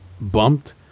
bumped